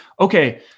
okay